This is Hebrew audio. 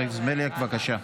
חבר הכנסת בליאק, בבקשה.